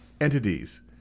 entities